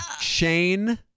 Shane